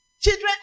Children